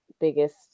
biggest